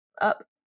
up